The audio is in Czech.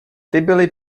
byly